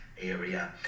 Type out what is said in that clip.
area